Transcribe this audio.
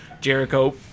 jericho